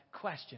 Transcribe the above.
question